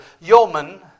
yeomen